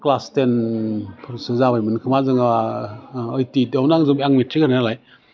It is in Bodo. क्लास टेनफोरसो जाबायमोन खोमा जोङो ओइटि ओइटआवनो आं जों मेट्रिक होनाय नालाय